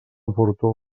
oportú